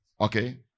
Okay